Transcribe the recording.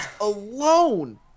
alone